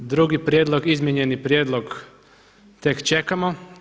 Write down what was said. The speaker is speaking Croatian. Drugi prijedlog, izmijenjeni prijedlog tek čekamo.